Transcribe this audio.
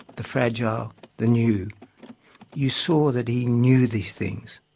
the fragile the new you saw that he knew these things.